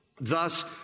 Thus